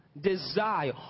desire